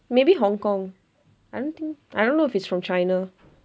maybe hong kong I don't think I don't know if it's from china